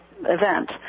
event